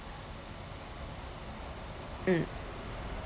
mm